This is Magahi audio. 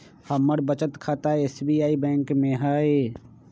हमर बचत खता एस.बी.आई बैंक में हइ